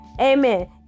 Amen